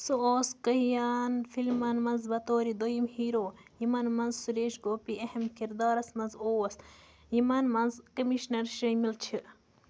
سُہ اوس کٔہۍ یان فِلمن منٛز بطورِ دوٚیِم ہیٖرو یِمَن منٛز سُریش گوپی اہم كِردارس منز اوس یِمن منٛز کٔمِشنَر شٲمِل چھِ